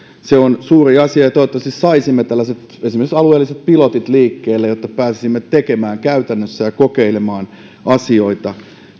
se on suuri asia ja toivottavasti saisimme esimerkiksi alueelliset pilotit liikkeelle jotta pääsisimme tekemään käytännössä ja kokeilemaan asioita